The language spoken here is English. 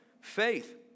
faith